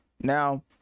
Now